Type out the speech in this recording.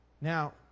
Now